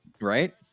Right